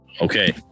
okay